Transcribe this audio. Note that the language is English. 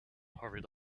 hurried